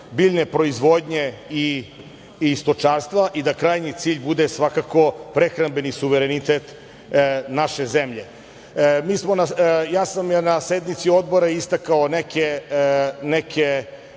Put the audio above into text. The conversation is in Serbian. biljne proizvodnje i stočarstva i da krajnji cilj bude svakako prehrambeni suverenitet naše zemlje. Ja sam na sednici Odbora istakao neke